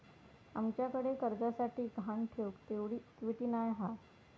आमच्याकडे कर्जासाठी गहाण ठेऊक तेवढी इक्विटी नाय हा